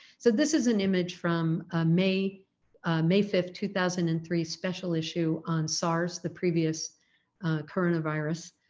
so this is an image from a may may fifth two thousand and three special issue on sars, the previous coronavirus,